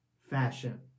fashion